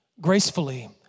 gracefully